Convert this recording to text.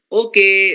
okay